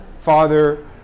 father